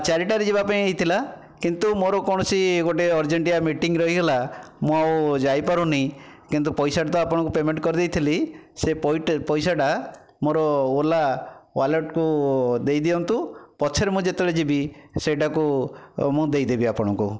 ଚାରିଟାରେ ଯିବା ପାଇଁ ହୋଇଥିଲା କିନ୍ତୁ ମୋ'ର କୌଣସି ଗୋଟିଏ ଅର୍ଜେଣ୍ଟିଆ ମିଟିଂ ରହିଗଲା ମୁଁ ଆଉ ଯାଇପାରୁନାହିଁ କିନ୍ତୁ ପଇସାଟା ତ ଆପଣଙ୍କୁ ପେମେଣ୍ଟ କରିଦେଇଥିଲି ସେ ପଇସାଟା ମୋ'ର ଓଲା ୱାଲେଟକୁ ଦେଇଦିଅନ୍ତୁ ପଛରେ ମୁଁ ଯେତେବେଳେ ଯିବି ସେ'ଟାକୁ ମୁଁ ଦେଇଦେବି ଆପଣଙ୍କୁ